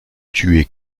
tuer